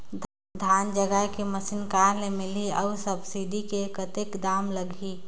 धान जगाय के मशीन कहा ले मिलही अउ सब्सिडी मे कतेक दाम लगही?